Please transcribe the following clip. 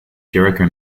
jericho